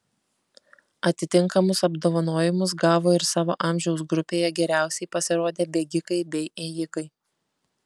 atitinkamus apdovanojimus gavo ir savo amžiaus grupėje geriausiai pasirodę bėgikai bei ėjikai